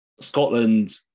Scotland